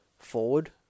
forward